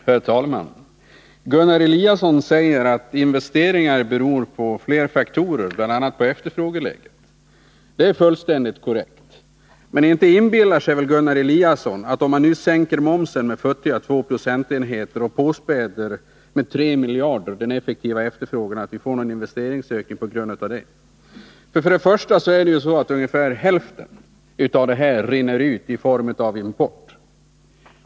Herr talman! Ingemar Eliasson säger att investeringar beror på flera faktorer, bl.a. efterfrågeläget. Det är fullständigt korrekt. Men inte inbillar sig väl Ingemar Eliasson att vi får någon investeringsökning, om man sänker momsen med futtiga två procentenheter och späder på den effektiva efterfrågan med 3 miljarder? Hälften av detta rinner ju ut i form av import.